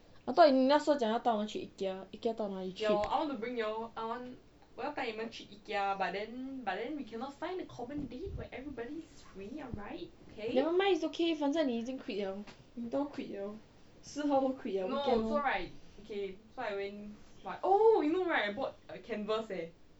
I thought 你那时候讲要带我们去 ikea ikea 到哪里去 nevermind it's okay 反正你已经 quit liao 你都要 quit liao 四号都 quit liao weekend lor